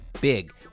big